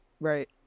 Right